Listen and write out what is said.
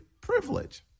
privilege